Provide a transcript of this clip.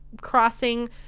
crossing